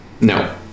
No